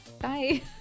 Bye